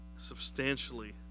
Substantially